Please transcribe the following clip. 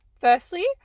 firstly